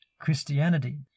Christianity